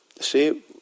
see